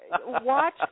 watch